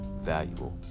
valuable